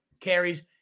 carries